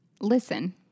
listen